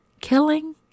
killing